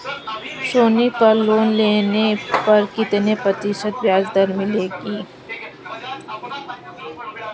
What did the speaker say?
सोनी पर लोन लेने पर कितने प्रतिशत ब्याज दर लगेगी?